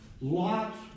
Lot's